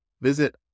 Visit